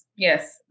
Yes